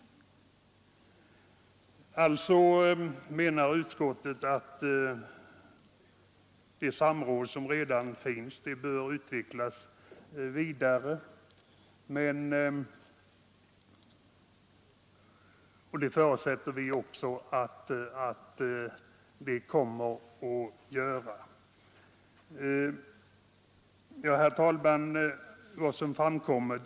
Utskottet förutsätter alltså att det samråd som redan finns kommer att utvecklas vidare. Herr talman!